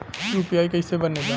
UPI कईसे बनेला?